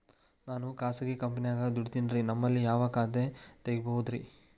ನಾನು ಖಾಸಗಿ ಕಂಪನ್ಯಾಗ ದುಡಿತೇನ್ರಿ, ನಿಮ್ಮಲ್ಲಿ ಯಾವ ಖಾತೆ ತೆಗಿಬಹುದ್ರಿ?